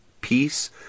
peace